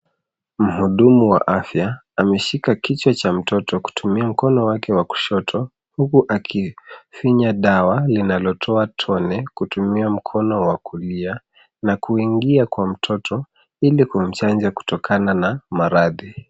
Mhudumu wa afya ameshika kichwa cha mtoto kutumia mkono wake wa kushoto huku akifinya dawa linalotoa tone kutumia mkono wa kulia na kuingia kwa mtoto ili kumchanja kutokana na maradhi.